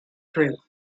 through